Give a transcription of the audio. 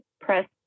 press